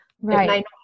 Right